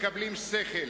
מקבלים שכל.